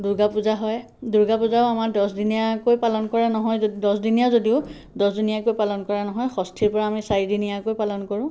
দূৰ্গা পূজা হয় দূৰ্গা পূজাও আমাৰ দছদিনীয়াকৈ পালন কৰে নহয় দহদিনীয়া যদিও দহদিনীয়াকৈ পালন কৰা নহয় ষষ্ঠীৰপৰা আমি চাৰিদিনীয়াকৈ পালন কৰোঁ